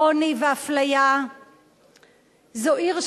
מאוחדת על הנייר,